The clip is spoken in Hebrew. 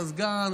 מזגן,